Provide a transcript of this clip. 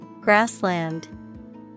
Grassland